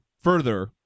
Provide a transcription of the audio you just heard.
further